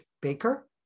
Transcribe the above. Baker